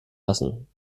lassen